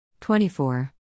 24